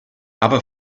other